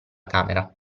camera